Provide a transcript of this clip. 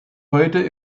heute